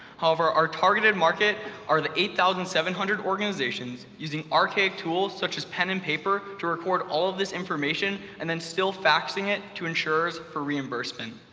however, our targeted market are the eight thousand seven hundred organizations using archaic tools, such as pen and paper, to record all of this information, and then still faxing it to insurers for reimbursement.